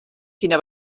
quina